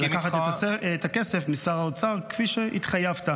-- לקחת את הכסף משר האוצר כפי שהתחייבת.